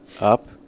up